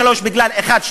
שלוש בגלל אחת,